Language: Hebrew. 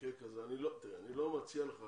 במקרה כזה תראה, אני לא מציע לך